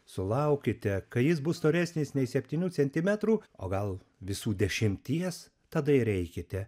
sulaukite kai jis bus storesnis nei septynių centimetrų o gal visų dešimties tada ir eikite